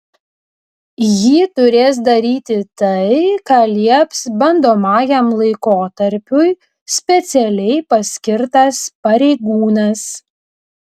ji turės daryti tai ką lieps bandomajam laikotarpiui specialiai paskirtas pareigūnas